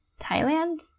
Thailand